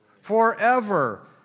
Forever